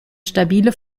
stabile